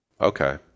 Okay